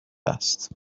است